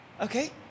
Okay